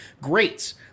greats